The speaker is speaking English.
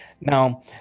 now